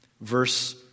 verse